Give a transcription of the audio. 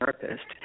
therapist